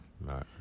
Right